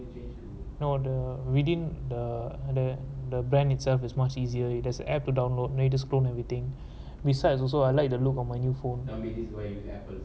no the within the the the brand itself is much easier there's app to download nader clone everything besides also I like the look on my new phone this way